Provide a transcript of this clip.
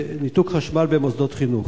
ניתוק חשמל במוסדות חינוך.